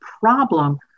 problem